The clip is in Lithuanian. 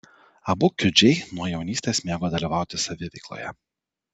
abu kiudžiai nuo jaunystės mėgo dalyvauti saviveikloje